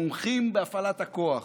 מומחים בהפעלת הכוח,